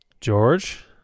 George